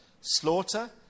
slaughter